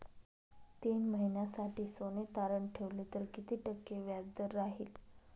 तीन महिन्यासाठी सोने तारण ठेवले तर किती टक्के व्याजदर राहिल?